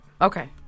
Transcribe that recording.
Okay